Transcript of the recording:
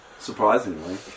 surprisingly